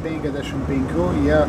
penkiasdešimt penkių jie